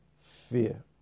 fear